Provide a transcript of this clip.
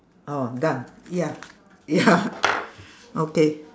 oh done ya ya okay